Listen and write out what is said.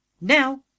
Now